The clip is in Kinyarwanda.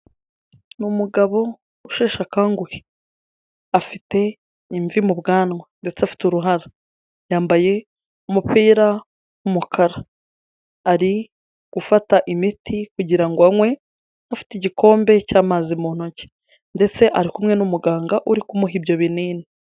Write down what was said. Ni umugabo ushesha akanguhe, afite imvi mu bwanwa ndetse afite uruhara, yambaye umupira w'umukara, ari gufata imiti kugira ngo anywe, afite igikombe cy'amazi mu ntoki, ndetse ari kumwe n'umuganga uri kumuha ibyo binini.